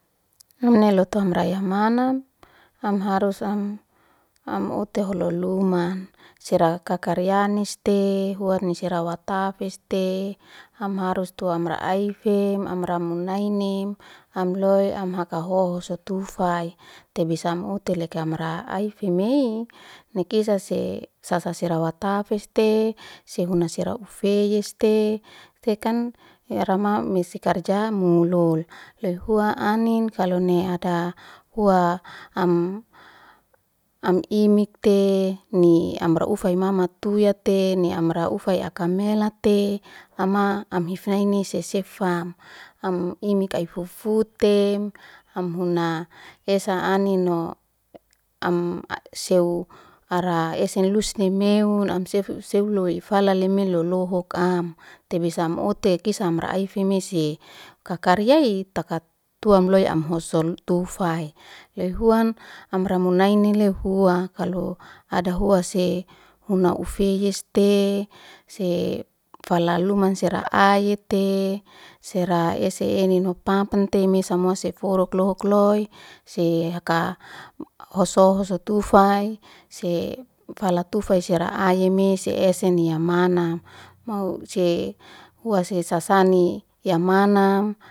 Emne lo toha ya amrayahmanam am harus am am hute holo luman sera kakaryanis te hua ni serawatafis te am harus tuam ra aife amram munaim nim amloe am haka hoho sotufai te bisa m'u telaka mra'ai fimi ni kisah si sa sera wa tafis te sehun na sera ufeyes te se kan ira mau me si karja mulol. lehua annin kalo ni ada huwa am am imik te ni amra ufa i mamat tuya te ni amra ufa ya aka melat te ama am ifnai ni sesefam am imik kai fufu tem amhuna esa annin o am seu ara esi ne lusnemeun am sefu seulo i fala le me lolo ho ak am te bisa omot'te kis amra aifimisi kakaria i takat tuam loem am husol tufa e lehuan amran munaine le hua kalo ada hua se huna afuyes te se falaluman sera ai te sera esi ennin no mpampa te me samua seforo lohok loe se haka hoso hoso tufai se falatufai sera aime se ese niamanam mau se hua sesasani ya manam